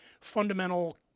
fundamental